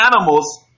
animals